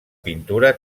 pintura